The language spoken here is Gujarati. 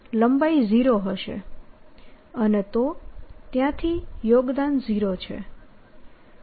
અને તો ત્યાંથી યોગદાન 0 છે